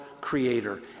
Creator